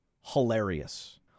hilarious